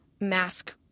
mask